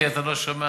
אתה לא שמעת,